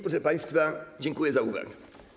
Proszę państwa, dziękuję za uwagę.